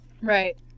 Right